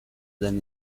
than